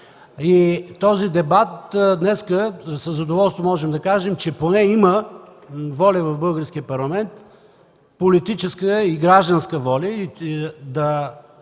Този дебат – днес със задоволство можем да кажем, че поне има воля в българския парламент, политическа и гражданска,